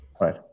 Right